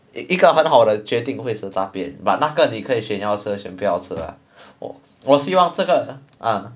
一个很好的决定会是大便 but 那个你可以选要吃还是选不要吃 lah 我我希望这个 ah